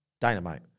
Dynamite